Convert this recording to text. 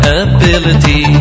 ability